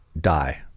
die